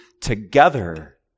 together